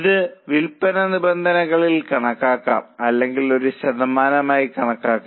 ഇത് വിൽപ്പന നിബന്ധനകളിൽ കണക്കാക്കാം അല്ലെങ്കിൽ ഒരു ശതമാനമായി കണക്കാക്കാം